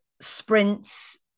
sprints